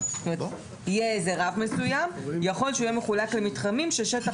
יהיה איזה רף מסוים יכול שהוא יהיה מחולק למתחמים ששטח